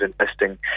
investing